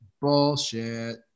Bullshit